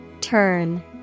Turn